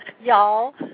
Y'all